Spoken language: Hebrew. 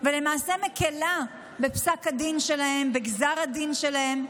ולמעשה מקילה בפסק הדין שלהם, בגזר הדין שלהם.